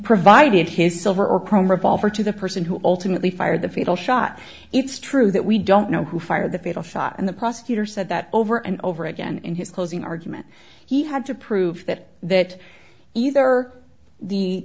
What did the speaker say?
provided his silver or chrome revolver to the person who ultimately fired the fatal shot it's true that we don't know who fired the fatal shot and the prosecutor said that over and over again in his closing argument he had to prove that that either the